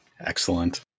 Excellent